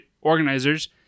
organizers